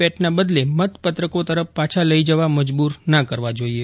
પેટના બદલે મતપત્રકો તરફ પાછા લઈ જવા મજબૂર ના કરવા જોઈએ